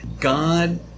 God